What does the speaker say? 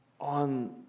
on